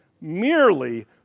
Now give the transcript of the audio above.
merely